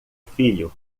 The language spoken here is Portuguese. filho